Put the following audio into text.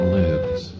lives